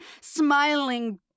smiling